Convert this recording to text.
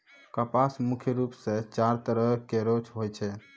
कपास मुख्य रूप सें चार तरह केरो होय छै